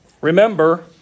Remember